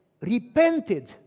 repented